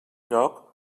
lloc